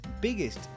biggest